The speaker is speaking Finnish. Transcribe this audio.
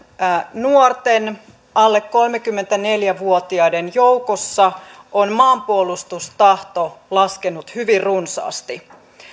nuorten alle kolmekymmentäneljä vuotiaiden joukossa on maanpuolustustahto laskenut hyvin runsaasti